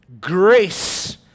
grace